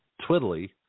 twiddly